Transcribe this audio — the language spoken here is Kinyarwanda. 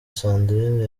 sandrine